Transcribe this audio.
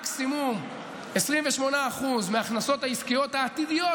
מקסימום 28% מההכנסות העסקיות העתידיות